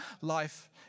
life